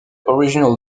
original